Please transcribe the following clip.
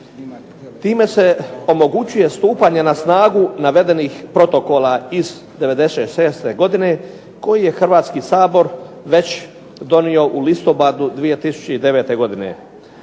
Time se omogućuje stupanje na snagu navedenih protokola iz '96. godine koji je Hrvatski sabor već donio u listopadu 2009. godine.